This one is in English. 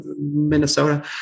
minnesota